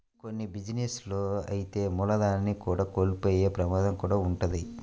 కొన్ని బిజినెస్ లలో అయితే మూలధనాన్ని కూడా కోల్పోయే ప్రమాదం కూడా వుంటది